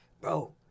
bro